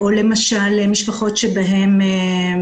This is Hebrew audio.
לרבות מונחים קצת ספרותיים כמו "הטלת